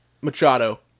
Machado